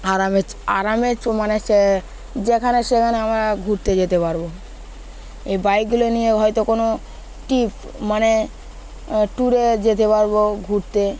আরামে আরামে মানে সে যেখানে সেখানে আমরা ঘুরতে যেতে পারবো এই বাইকগুলো নিয়ে হয়তো কোনো টিপ মানে ট্যুরে যেতে পারবো ঘুরতে